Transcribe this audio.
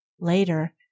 Later